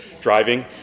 driving